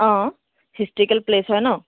অঁ historical place হয় ন